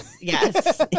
yes